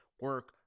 Work